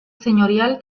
señorial